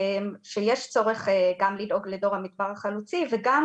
יש צורך גם לדאוג לדור המדבר החלוצי וגם